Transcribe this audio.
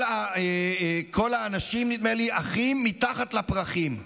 "כל האנשים" נדמה לי, "אחים מתחת לפרחים".